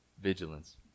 vigilance